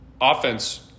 offense